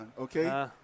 okay